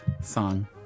song